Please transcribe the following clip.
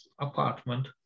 apartment